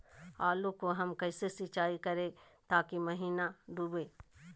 आलू को हम कैसे सिंचाई करे ताकी महिना डूबे?